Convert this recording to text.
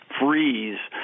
freeze